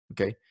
Okay